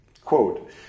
quote